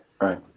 right